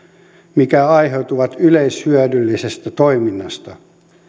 mitkä aiheutuvat yleishyödyllisestä toiminnasta